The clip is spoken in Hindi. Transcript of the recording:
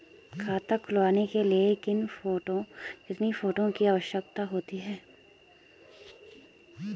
खाता खुलवाने के लिए कितने फोटो की आवश्यकता होती है?